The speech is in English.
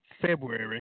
February